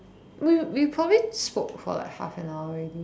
we we probably spoke for like half an hour already